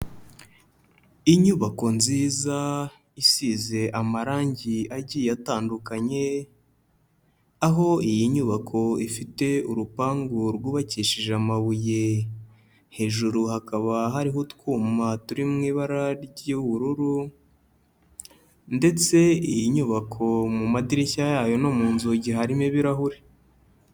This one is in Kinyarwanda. Inyubako nziza, isize amarangi agiye yatandukanye, aho iyi nyubako ifite urupangu rwubakishije amabuye. Hejuru hakaba hariho utwuma turi mu ibara ry'ubururu ndetse iyi nyubako mu madirishya yayo no mu nzugi harimo ibirahure.